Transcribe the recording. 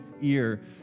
ear